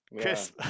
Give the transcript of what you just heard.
Chris